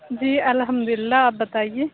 جی الحمد للہ آپ بتائیے